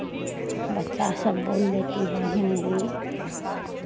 बच्चा सब बोल लेती है हिन्दी